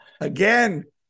Again